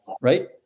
right